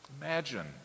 Imagine